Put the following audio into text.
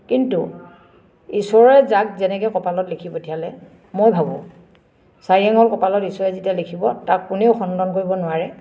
কিন্তু ঈশ্বৰে যাক যেনেকে কপালত লিখি পঠিয়ালে মই ভাবোঁ চাৰি আঙুল কপালত ঈশ্বৰে যেতিয়া লিখিব তাক কোনেও খণ্ডন কৰিব নোৱাৰে